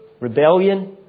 rebellion